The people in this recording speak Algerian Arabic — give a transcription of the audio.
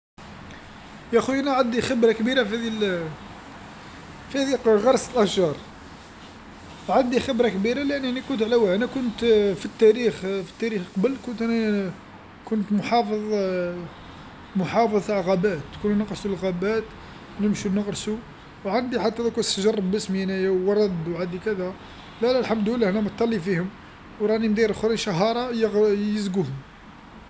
يا خويا أنا عندي خبرة كبيره فهاذي فهاذي غرس الأشجار، عندي خبره كبيره لأنني كنت على واه، أنا كنت في التاريخ في التاريخ قبل كنت انا كنت محافظ محافظ تاع غابات، كنا نغرسو الغابات، نمشو نغرسو وعندي حتى دوك الشجر باسمي انايا وورد وعندي كذا، لا لا الحمد لله أنا متهلي فيهم، وراني ندير اخرين شهارا ي- يسقوهم.